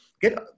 get